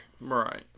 Right